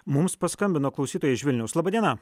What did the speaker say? mums paskambino klausytoja iš vilniaus laba diena